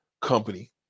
company